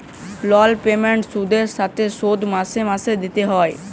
লল পেমেল্ট সুদের সাথে শোধ মাসে মাসে দিতে হ্যয়